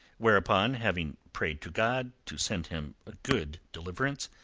whereupon, having prayed to god to send him a good deliverance,